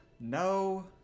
no